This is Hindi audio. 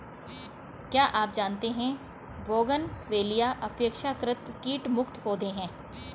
क्या आप जानते है बोगनवेलिया अपेक्षाकृत कीट मुक्त पौधे हैं?